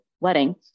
wedding